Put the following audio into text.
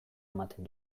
ematen